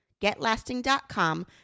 Getlasting.com